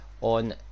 on